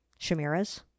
Shamira's